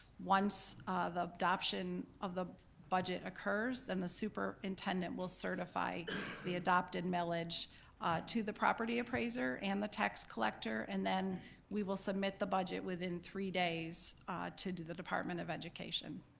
once the adoption of the budget occurs, then and the superintendent will certify the adopted millage to the property appraiser and the tax collector, and then we will submit the budget within three days to to the department of education.